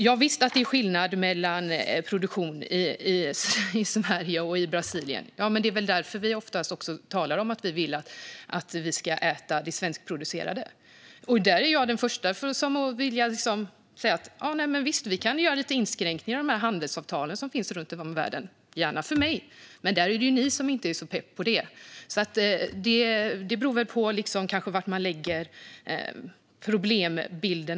Jovisst, det är skillnad mellan produktionen i Sverige och Brasilien. Det är väl därför vi alla oftast talar om att man ska äta det som är svenskproducerat. Jag är den första att säga att vi kan göra vissa inskränkningar i de handelsavtal som vi har med länder runt om i världen - gärna för mig. Men det är ju ni inte så pepp på. Allt beror kanske på var man lägger problembilden.